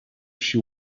she